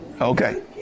Okay